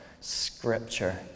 scripture